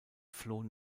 flohen